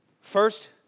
First